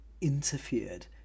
interfered